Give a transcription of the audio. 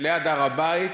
ליד הר-הבית.